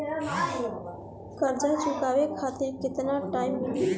कर्जा चुकावे खातिर केतना टाइम मिली?